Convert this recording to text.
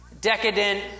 decadent